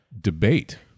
debate